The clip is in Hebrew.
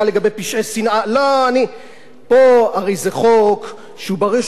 פה הרי זה חוק שבראש וראשונה הוא חוק הצהרתי,